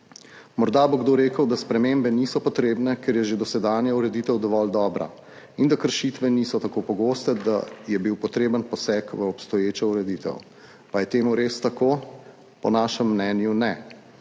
Morda bo kdo rekel, da spremembe niso potrebne, ker je že dosedanja ureditev dovolj dobra in da kršitve niso tako pogoste, da je bil potreben poseg v obstoječo ureditev. Pa je res tako? Po našem mnenju ne.